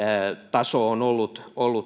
taso on ollut